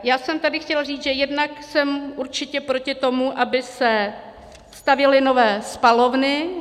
Já jsem tady chtěla říct, že jednak jsem určitě proti tomu, aby se stavěly nové spalovny.